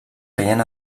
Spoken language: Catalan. feien